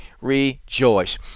rejoice